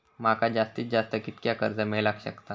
माका जास्तीत जास्त कितक्या कर्ज मेलाक शकता?